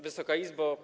Wysoka Izbo!